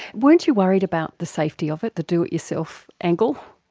weren't you worried about the safety of it, the do-it-yourself angle?